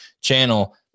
channel